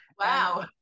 wow